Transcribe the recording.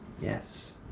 yes